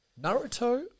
Naruto